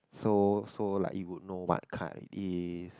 so so like you would know what card it is